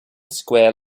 square